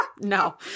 no